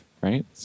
right